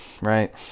right